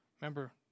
Remember